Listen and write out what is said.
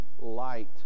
light